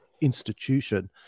institution